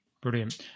Brilliant